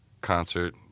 concert